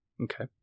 okay